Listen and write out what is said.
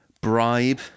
bribe